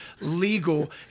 legal